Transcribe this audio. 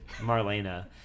Marlena